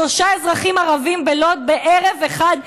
שלושה אזרחים ערבים בלוד נרצחו בערב אחד.